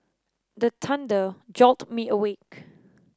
the thunder jolt me awake